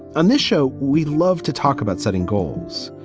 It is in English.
on this show. we love to talk about setting goals,